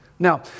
Now